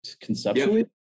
conceptually